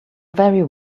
very